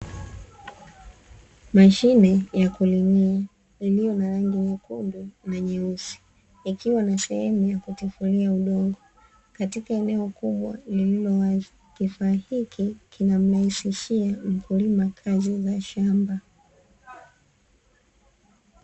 Mashine ya kulimia iliyo na rangi nyekundu na nyeusi ikiwa na sehemu ya kutifulia udongo, katika eneo kubwa lililowazi kifaa hiki kinamrahisishia mkulima kazi za shamba.